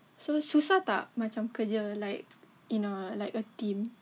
so susah tak macam kerja like in a like a team